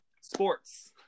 sports